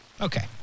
Okay